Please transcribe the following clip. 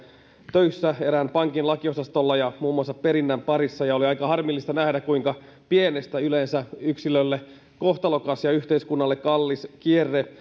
töissä erään pankin lakiosastolla ja muun muassa perinnän parissa ja oli aika harmillista nähdä kuinka pienestä yksilölle kohtalokas ja yhteiskunnalle kallis kierre